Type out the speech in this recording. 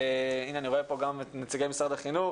אני רואה פה גם את נציגי משרד החינוך.